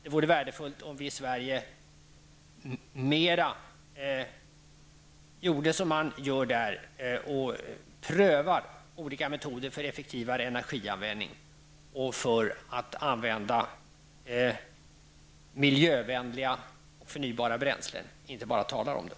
Det vore värdefullt om vi också i Sverige i större utsträckning prövade olika metoder för effektivare energianvändning och för användning av miljövänliga förnybara bränslen -- så att man inte bara talar om det.